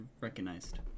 recognized